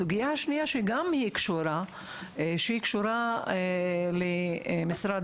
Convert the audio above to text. הסוגיה השנייה קשורה למשרד